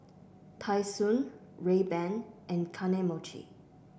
Tai Sun Rayban and Kane Mochi